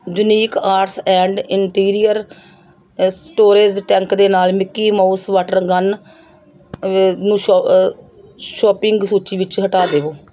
unique arts and interior storage tank ਦੇ ਨਾਲ Mickey Mouse water gun ਨੂੰ shop shopping ਸੂਚੀ ਵਿੱਚੋ ਹਟਾ ਦੇਵੋ